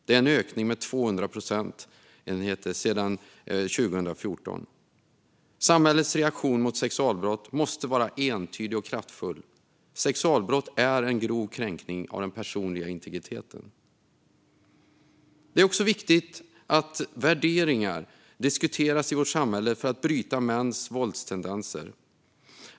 Det är en ökning med 200 procent sedan 2014. Samhällets reaktion mot sexualbrott måste vara entydig och kraftfull. Sexualbrott är en grov kränkning av den personliga integriteten. Det är också viktigt att värderingar diskuteras i vårt samhälle för att bryta mäns våldstendenser.